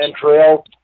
trail